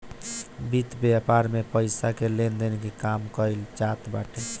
वित्त व्यापार में पईसा के लेन देन के काम कईल जात बाटे